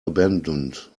abandoned